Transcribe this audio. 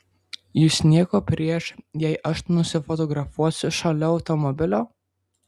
jus nieko prieš jei aš nusifotografuosiu šalia automobilio